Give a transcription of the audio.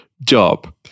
job